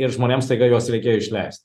ir žmonėms staiga juos reikėjo išleisti